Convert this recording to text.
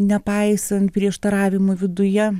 nepaisant prieštaravimų viduje